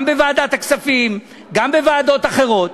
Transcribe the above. גם בוועדת הכספים, גם בוועדות אחרות,